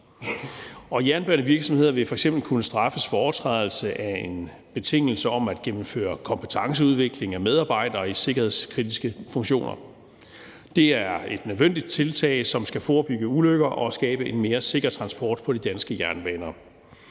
Og jernbanevirksomheder vil f.eks. kunne straffes for overtrædelse af en betingelse om at gennemføre kompetenceudvikling af medarbejdere i sikkerhedskritiske funktioner. Det er et nødvendigt tiltag, som skal forebygge ulykker og skabe en mere sikker transport på de danske jernbaner.